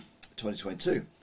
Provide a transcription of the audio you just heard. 2022